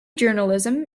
journalism